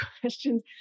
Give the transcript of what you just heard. questions